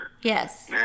Yes